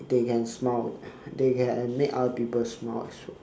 they can smile they can make other smile as well